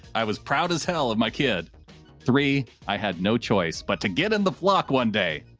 i was proud as hell of my kid three. i had no choice, but to get in the flock one day.